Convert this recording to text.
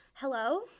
Hello